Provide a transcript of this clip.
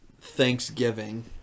Thanksgiving